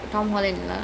ya